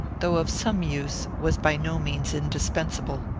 though of some use, was by no means indispensable.